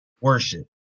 worship